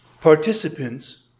participants